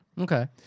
Okay